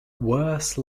worse